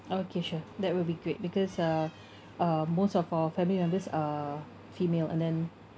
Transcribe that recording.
okay sure that will be great because uh uh most of our family members are female and then